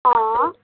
अँ